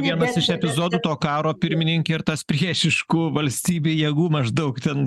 vienas iš epizodų to karo pirmininke ir tas priešiškų valstybei jėgų maždaug ten